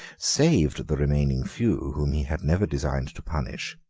saved the remaining few whom he had never designed to punish,